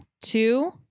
Two